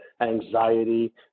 anxiety